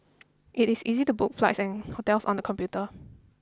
it is easy to book flights and hotels on the computer